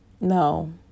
No